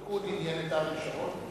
הליכוד עניין את אריק שרון?